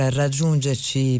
raggiungerci